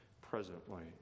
presently